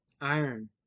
iron